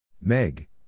Meg